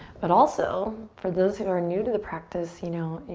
but also for those who are new to the practice, you know,